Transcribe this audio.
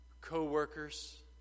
co-workers